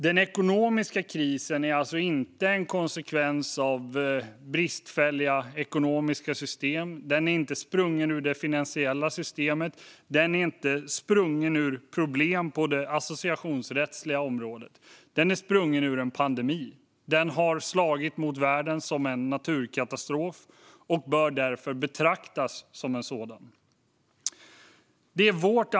Den ekonomiska krisen är alltså inte en konsekvens av bristfälliga ekonomiska system. Den är inte sprungen ur det finansiella systemet. Den är inte sprungen ur problem på det associationsrättsliga området. Den är sprungen ur en pandemi, som har slagit mot världen som en naturkatastrof och därför bör betraktas som en sådan. Herr talman!